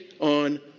on